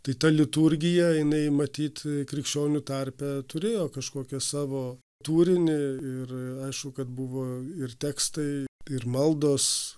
tai ta liturgija jinai matyt krikščionių tarpe turėjo kažkokią savo turinį ir aišku kad buvo ir tekstai ir maldos